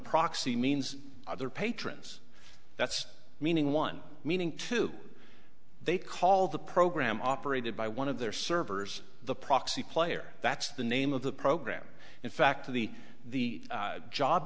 proxy means other patrons that's meaning one meaning to they call the program operated by one of their servers the proxy player that's the name of the program in fact the the